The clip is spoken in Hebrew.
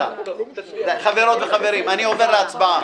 --- חברות וחברים, אני עובר להצבעה.